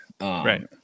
Right